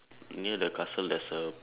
near the castle there's a